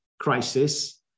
crisis